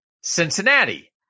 Cincinnati